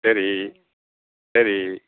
சரி சரி